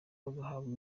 bagahabwa